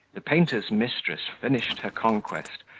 the painter's mistress finished her conquest,